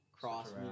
cross